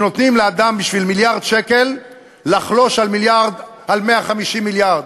שנותנים לאדם בשביל מיליארד שקל לחלוש על 150 מיליארד,